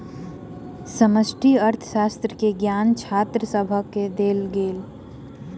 समष्टि अर्थशास्त्र के ज्ञान छात्र सभके देल गेल